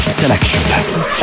selection